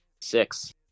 six